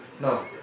no